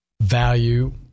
value